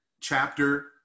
chapter